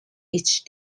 each